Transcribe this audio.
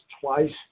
twice